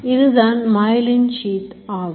இதுதான்Myelin Sheath ஆகும்